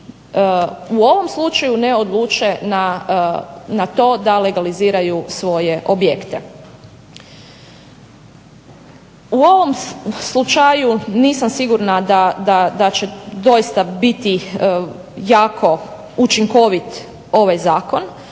u ovom slučaju ne odluče na to da legaliziraju svoje objekte. U ovom slučaju nisam sigurna da će doista biti jako učinkovit ovaj zakon,